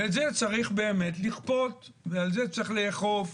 ואת זה צריך באמת לכפות ועל זה צריך לאכוף.